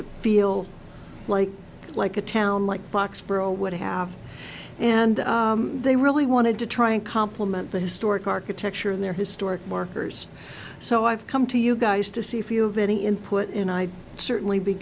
to feel like like a town like foxboro would have and they really wanted to try and complement the historic architecture of their historic markers so i've come to you guys to see if you have any input and i'd certainly be